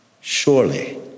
Surely